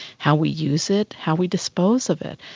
how we use it, how we dispose of it.